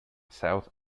south